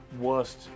worst